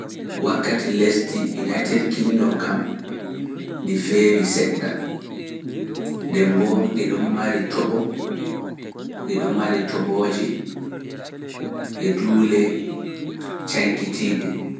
Wakkati lesdi United Kingdom kam ndi feewi seɗɗa, nde mboo ndi ɗo mari toɓo, ndi ɗo mari toɓoji e duule cankitiiɗe.